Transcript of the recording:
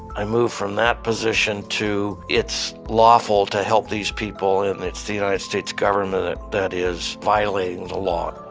i moved from that position to, it's lawful to help these people, and it's the united states government that that is violating the law.